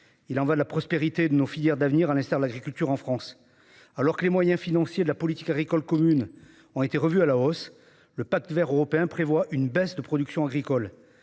Il y va de la prospérité de nos filières d'avenir, à l'instar de l'agriculture en France. Alors que les moyens financiers de la politique agricole commune ont été revus à la hausse, le Pacte vert européen prévoit une baisse de la production agricole.